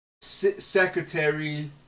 secretary